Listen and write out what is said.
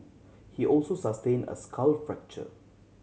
he also sustained a skull fracture